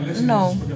No